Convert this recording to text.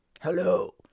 Hello